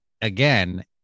again